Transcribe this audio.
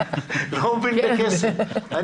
אני לא מבין בכסף.